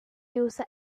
user